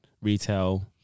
Retail